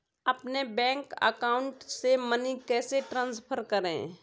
अपने bank account से money कैसे ट्रांसफर करें?